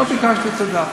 לא ביקשתי תודה.